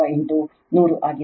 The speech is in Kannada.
4 Ω ಆಗಿದೆ